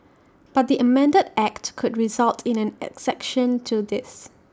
but the amended act could result in an exception to this